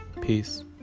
Peace